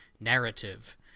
narrative